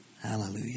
Hallelujah